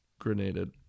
grenaded